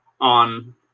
on